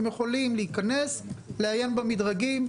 הם יכולים להיכנס ולעיין במדרגים.